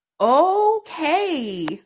Okay